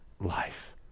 life